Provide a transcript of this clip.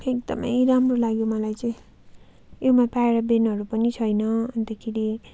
एकदम राम्रो लाग्यो मलाई चाहिँ उयोमा प्याराबिनहरू पनि छैन अन्तखेरि